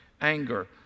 anger